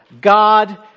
God